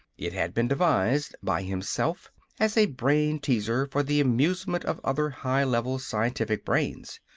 it had been devised by himself as a brain-teaser for the amusement of other high-level scientific brains.